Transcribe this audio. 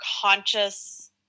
conscious